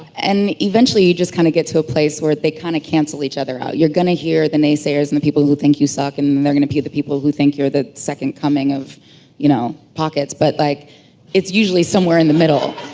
and eventually, you just kind of get to a place where they kind of cancel each other out. you're going to hear the naysayers and the people who think you suck and then there are going to be the people who think you're the second coming of you know pockets. but like it's usually somewhere in the middle.